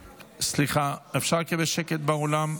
סליחה, אפשר לקבל שקט באולם?